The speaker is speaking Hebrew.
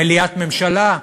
מליאת הממשלה?